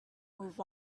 moved